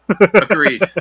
Agreed